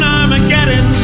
Armageddon